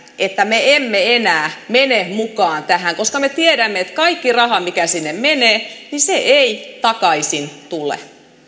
että me emme enää mene mukaan tähän koska me tiedämme että kaikki raha mikä sinne menee ei takaisin tule